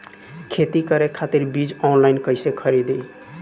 खेती करे खातिर बीज ऑनलाइन कइसे खरीदी?